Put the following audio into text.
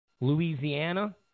Louisiana